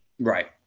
Right